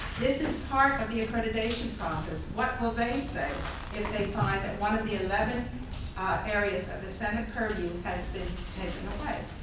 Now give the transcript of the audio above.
this is part of the accreditation process. what will they say if they find that one of the eleven areas of the senate purview has been you know away?